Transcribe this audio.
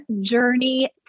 journey